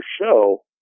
show